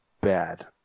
bad